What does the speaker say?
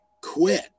quit